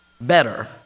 better